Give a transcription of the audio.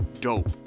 dope